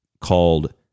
called